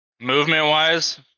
Movement-wise